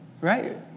right